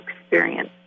experience